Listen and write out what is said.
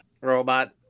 Robot